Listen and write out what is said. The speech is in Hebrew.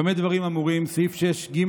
במה דברים אמורים: סעיף 6(ג)(1)